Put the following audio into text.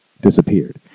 disappeared